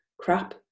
crap